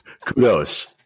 Kudos